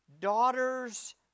Daughters